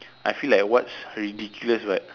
I feel like what's ridiculous but